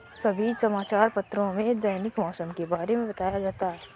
सभी समाचार पत्रों में दैनिक मौसम के बारे में बताया जाता है